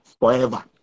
forever